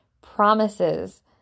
promises